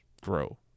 grow